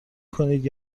کنید